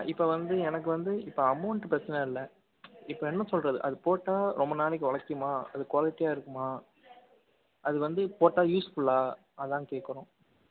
இப்போ வந்து எனக்கு வந்து இப்போது அமௌண்ட் பிரச்சனை இல்லை இப்போ என்ன சொல்கிறது அது போட்டால் ரொம்ப நாளைக்கி ஒழைக்குமா அது குவாலிட்டியாக இருக்குமா அது வந்து போட்டால் யூஸ்ஃபுல்லாக அதுதான் கேட்குறோம்